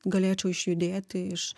galėčiau išjudėti iš